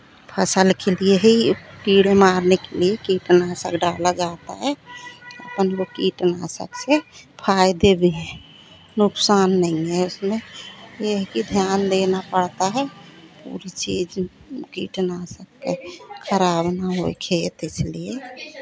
फसल के लिए ही कीड़े मारने के लिए कीटनाशक डाला जाता है अपन वो कीटनाशक से फायदे भी हैं नुकसान नहीं है उसमें ये है कि ध्यान देना पड़ता है पूरी चीज़ कीटनाशक का खराब ना होए खेत इसलिए